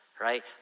right